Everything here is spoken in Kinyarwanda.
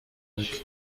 iyi